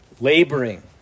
laboring